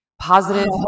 positive